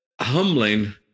humbling